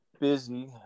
busy